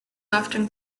often